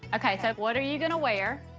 okay so, what are you gonna wear?